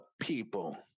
people